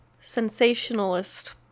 Sensationalist